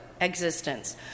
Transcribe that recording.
existence